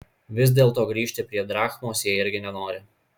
vis dėlto grįžti prie drachmos jie irgi nenori